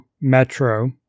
Metro